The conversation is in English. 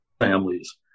families